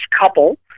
couple